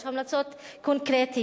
יש המלצות קונקרטיות,